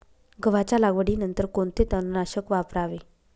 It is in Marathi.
गव्हाच्या लागवडीनंतर कोणते तणनाशक वापरावे?